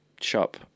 shop